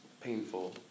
painful